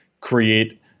create